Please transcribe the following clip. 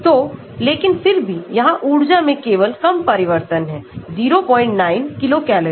तो लेकिन फिर भी यहां ऊर्जा में केवल कम परिवर्तन है 09 किलो कैलोरी